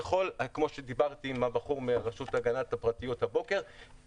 כמו שדיברתי עם מישהו מהרשות להגנת הפרטיות הבוקר,